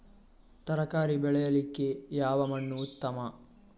ತರಕಾರಿ ಬೆಳೆಯಲಿಕ್ಕೆ ಯಾವ ಮಣ್ಣು ಉತ್ತಮ?